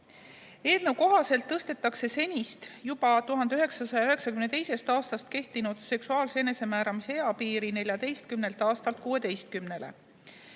Eelnõu kohaselt tõstetakse senist, juba 1992. aastast kehtinud seksuaalse enesemääramise eapiiri 14 aastalt 16‑le.